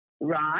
right